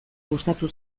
gustatu